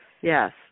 Yes